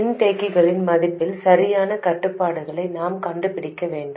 மின்தேக்கிகளின் மதிப்புகளில் சரியான கட்டுப்பாடுகளை நாம் கண்டுபிடிக்க வேண்டும்